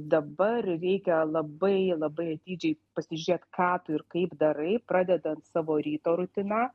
dabar reikia labai labai atidžiai pasižiūrėt ką tu ir kaip darai pradedant savo ryto rutina